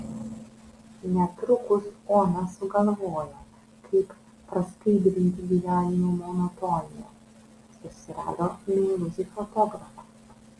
netrukus ona sugalvojo kaip praskaidrinti gyvenimo monotoniją susirado meilužį fotografą